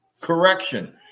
Correction